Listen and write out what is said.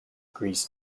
agrees